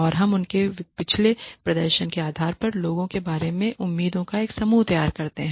और हम उनके पिछले प्रदर्शन के आधार पर लोगों के बारे में उम्मीदों का एक समूह तैयार करते हैं